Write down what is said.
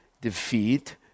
defeat